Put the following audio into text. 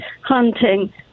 hunting